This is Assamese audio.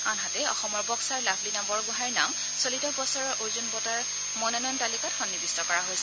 আনহাতে অসমৰ বক্সাৰ লাভলিনা বৰগোঁহাইৰ নাম চলিত বছৰৰ অৰ্জন বঁটাৰ মনোনয়নৰ তালিকাত সন্নিৱিষ্ট হৈছে